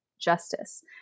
justice